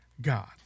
God